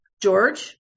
George